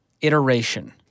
iteration